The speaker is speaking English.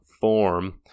form